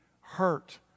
hurt